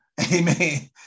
Amen